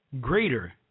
greater